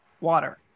water